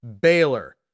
Baylor